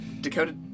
Dakota